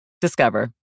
Discover